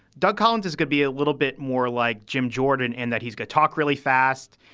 doug collins is going to be a little bit more like jim jordan and that he's got talk really fast.